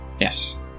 Yes